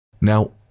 Now